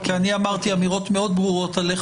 אני אמרתי אמירות מאוד ברורות על איך